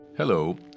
Hello